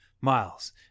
Miles